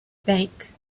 bank